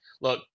Look